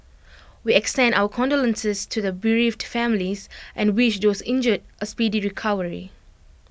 we extend our condolences to the bereaved families and wish those injured A speedy recovery